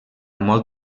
molt